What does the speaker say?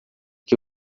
que